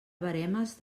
veremes